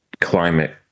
climate